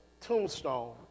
tombstone